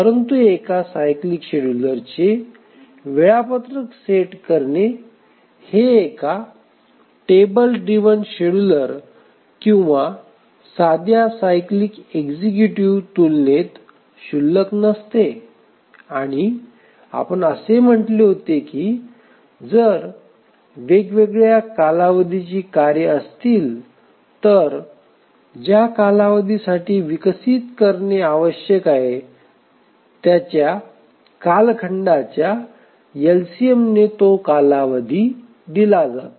परंतु एका cyclic scheduler चे वेळापत्रक सेट करणे हे एका टेबल ड्रिव्हन शेड्यूलर किंवा साध्या सायक्लीक एक्सुकेटीव्ह तुलनेत क्षुल्लक नसते आणि आपण असे म्हटले होते की जर वेगवेगळ्या कालावधीची कार्य असतील तर ज्या कालावधीसाठी विकसित करणे आवश्यक आहे हा त्याच्या कालखंडाच्या एलसीएमने दिले जातो